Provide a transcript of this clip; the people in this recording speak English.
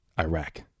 Iraq